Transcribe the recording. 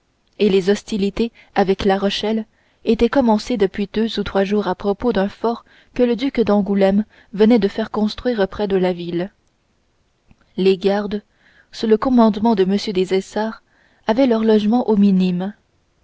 et les hostilités avec la rochelle étaient commencées depuis deux ou trois jours à propos d'un fort que le duc d'angoulême venait de faire construire près de la ville les gardes sous le commandement de m des essarts avaient leur logement aux minimes